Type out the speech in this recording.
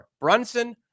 Brunson